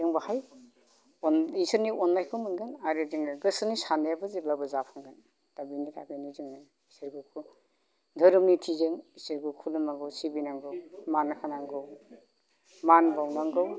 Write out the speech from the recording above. जों बाहाय इसोरनि अन्नायखौ मोनगोन आरो जोङो गोसोनि सान्नायाबो जेब्लाबो जाफुंगोन दा बेनि थाखायनो जोङो धोरोम नितिजों इसोरखौ सिबिनांगौ खुलुमनांगौ मान होनांगौ मान बावनांगौ